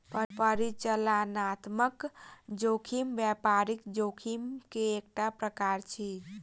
परिचालनात्मक जोखिम व्यापारिक जोखिम के एकटा प्रकार अछि